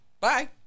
Bye